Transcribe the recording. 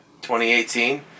2018